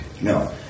no